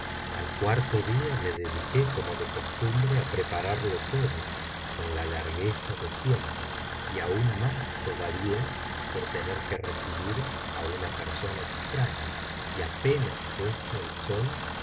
al cuarto día me dediqué como de costumbre á prepararlo todo con la largueza de siempre y aún más todavía por tener que recibir a una persona extraña y apenas puesto el sol